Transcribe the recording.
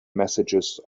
messages